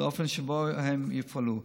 לאופן שבו הן יופעלו.